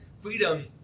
freedom